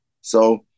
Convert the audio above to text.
So-